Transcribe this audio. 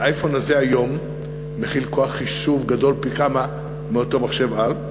האייפון הזה היום מכיל כוח חישוב גדול פי כמה מאותו מחשב-על.